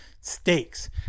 stakes